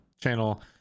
channel